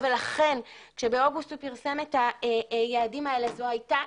לכן, כשבאוגוסט הוא פרסם את היעדים האלה זו הייתה